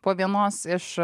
po vienos iš